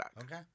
Okay